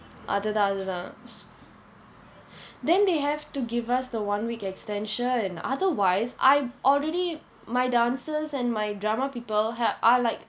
அது தான் அது தான்:athu thaan athu thaan then they have to give us the one week extension otherwise I already my dancers and my drama people are like